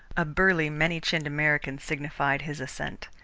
a burly, many-chinned american signified his assent.